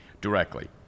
directly